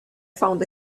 found